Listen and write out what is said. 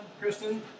Kristen